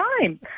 time